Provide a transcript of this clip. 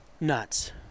nuts